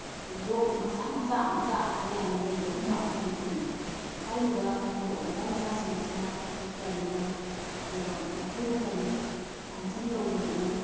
rock ꯃꯆꯥ ꯃꯆꯥ ꯃꯆꯥ ꯌꯥꯝꯅ ꯂꯩꯕꯒꯨꯝꯕ ꯑꯃꯁꯨ ꯊꯦꯡꯅꯩ ꯍꯥꯏꯔꯤꯕ ꯔꯣꯛ ꯃꯆꯥ ꯃꯆꯥꯁꯤꯡ ꯑꯁꯤꯅ ꯀꯔꯤꯅꯣ ꯑꯗꯨꯒ ꯃꯈꯣꯏꯅ ꯀꯔꯤ ꯐꯪꯁꯟ ꯇꯧꯔꯤꯕꯅꯣ